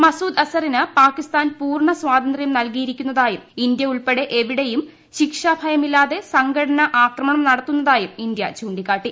മസൂദ് അസറിന് പാകിസ്ഥാൻ പൂർണ സ്വാതന്ത്രൃം നൽകിയിരിക്കു ന്നതായും ഇന്ത്യയുൾപ്പെടെ എവിടെയും ശിക്ഷാഭയമില്ലാത്ത സംഘടന ആക്രമണം നടത്തുന്നതായും ഇന്ത്യ ചൂണ്ടിക്കാട്ടി